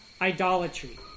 idolatry